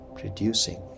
producing